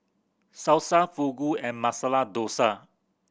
Salsa Fugu and Masala Dosa